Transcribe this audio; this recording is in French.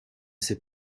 sais